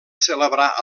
celebrar